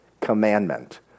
commandment